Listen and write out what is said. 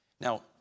Now